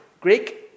Greek